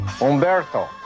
Umberto